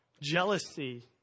Jealousy